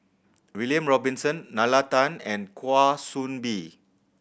William Robinson Nalla Tan and Kwa Soon Bee